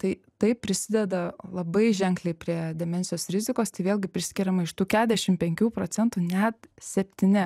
tai taip prisideda labai ženkliai prie demencijos rizikos tai vėlgi priskiriama iš tų keturiasdešim penkių procentų net septyni